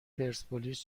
پرسپولیس